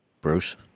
Bruce